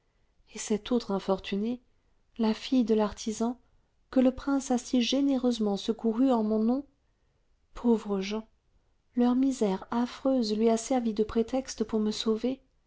et cette autre infortunée la fille de l'artisan que le prince a si généreusement secouru en mon nom pauvres gens leur misère affreuse lui a servi de prétexte pour me sauver